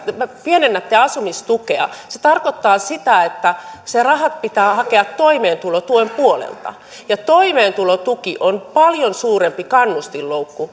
pienennätte asumistukea tarkoittaa sitä että rahat pitää hakea toimeentulotuen puolelta ja toimeentulotuki on paljon suurempi kannustinloukku